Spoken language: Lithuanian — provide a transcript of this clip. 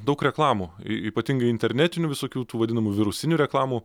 daug reklamų ypatingai internetinių visokių tų vadinamų virusinių reklamų